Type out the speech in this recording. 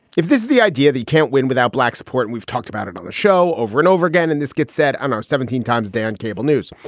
if this the idea he can't win without black support. and we've talked about it on the show over and over again. and this gets said on our seventeen times day on cable news.